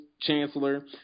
chancellor